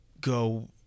Go